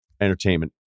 Entertainment